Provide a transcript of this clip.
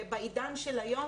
בעידן של היום,